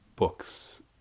Books